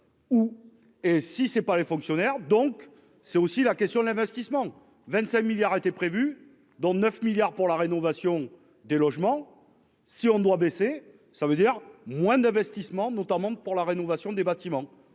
Où et si c'est par les fonctionnaires, donc c'est aussi la question de l'investissement : 25 milliards a été prévu, dont 9 milliards pour la rénovation des logements si on doit baisser, ça veut dire moins d'investissements, notamment pour la rénovation des bâtiments